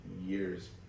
years